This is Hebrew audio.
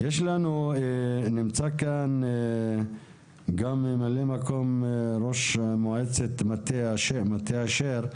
נמצא כאן גם ממלא מקום ראש מועצת מטה אשר,